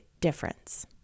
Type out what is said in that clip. difference